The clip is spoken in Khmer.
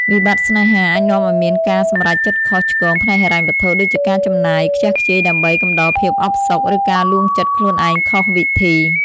វិបត្តិស្នេហាអាចនាំឱ្យមានការសម្រេចចិត្តខុសឆ្គងផ្នែកហិរញ្ញវត្ថុ ដូចជាការចំណាយខ្ជះខ្ជាយដើម្បីកំដរភាពអផ្សុក ឬការលួងចិត្តខ្លួនឯងខុសវិធី។